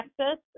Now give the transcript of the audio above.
Texas